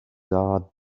are